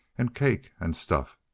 and cake, and stuff.